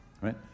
right